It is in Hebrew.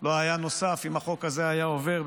לא היה נוסף אם החוק הזה היה עובר,